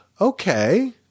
Okay